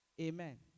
Amen